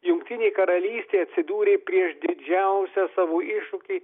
jungtinė karalystė atsidūrė prieš didžiausią savo iššūkį